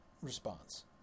response